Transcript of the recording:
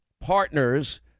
partners